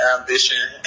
ambition